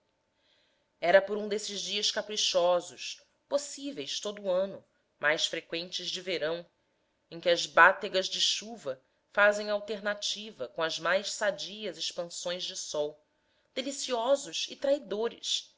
era por um desses dias caprichosos possíveis todo o ano mais freqüentes de verão em que as bátegas de chuva fazem alternativa com as mais sadias expansões de sol deliciosos e traidores